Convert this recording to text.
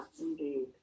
indeed